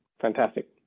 Fantastic